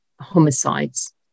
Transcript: homicides